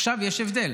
עכשיו, יש הבדל,